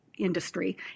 industry